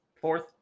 fourth